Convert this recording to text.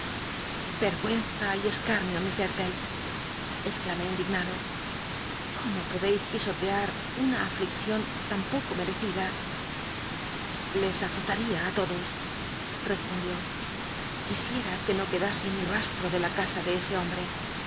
vcrgiicnza y escarnio mis serte exclamé indignado cómo podci pisotear una afliccion tan poco merecida les azolaría ü ltxlos respondió quisiera que no quedase ni rastro de la l'aa de ese hombre